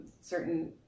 certain